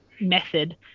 method